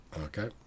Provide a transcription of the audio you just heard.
Okay